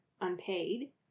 unpaid